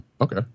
okay